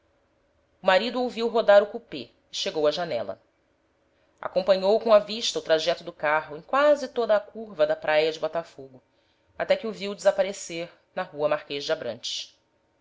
marido ouviu rodar o coupé e chegou à janela acompanhou com a vista o trajeto do carro em quase toda a curva da praia de botafogo até que o viu desaparecer na rua marquês de abrantes